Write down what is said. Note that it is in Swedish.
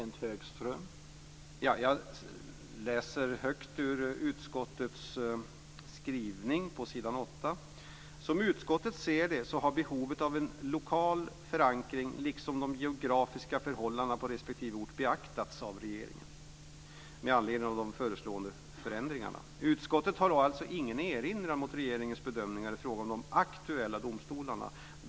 Herr talman! Jag ska läsa högt ur utskottets skrivning på s. 8: "Som utskottet ser det har behovet av lokal förankring liksom de geografiska förhållandena på respektive ort beaktats av regeringen." Detta sägs alltså med anledning av de föreslagna förändringarna. Utskottet skriver vidare: "Utskottet har alltså ingen erinran mot regeringens bedömningar i fråga om de aktuella domstolarna."